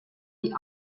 die